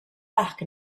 back